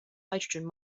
hydrogen